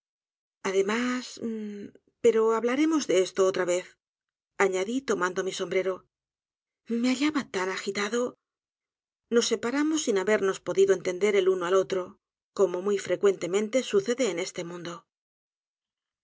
ademas pero hablaremos de esto otra vez añadí tomando mi sombrero me hallaba tan agitado nos separamos sin habernos podido entender el uno al otro como muy frecuentemente sucede en este mundo